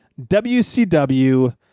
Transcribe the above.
WCW